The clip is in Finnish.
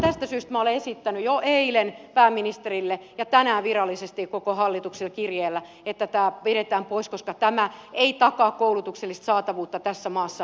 tästä syystä minä olen esittänyt jo eilen pääministerille ja tänään virallisesti koko hallitukselle kirjeellä että tämä vedetään pois koska tämä ei takaa koulutuksellista saatavuutta tässä maassa